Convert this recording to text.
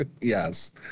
Yes